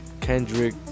Kendrick